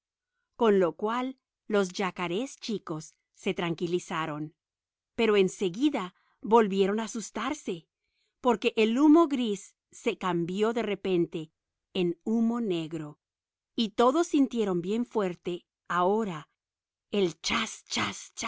con lo cual los yacarés chicos se tranquilizaron pero en seguida volvieron a asustarse porque el humo gris se cambió de repente en humo negro y todos sintieron bien fuerte ahora el